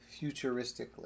futuristically